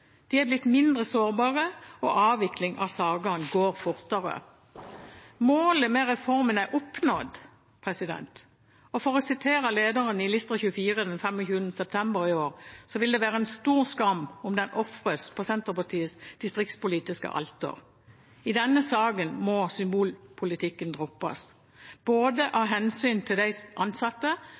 de er blitt mindre sårbare, og avviklingen av sakene går fortere. Målet med reformen er oppnådd. For å sitere lederen i Lister24 den 25. september i år vil det være «en stor skam om den ofres på Senterpartiets distriktspolitiske alter. I denne saken må symbolpolitikken droppes. Både av hensyn til de ansatte